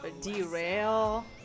Derail